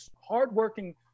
hardworking